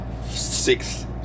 six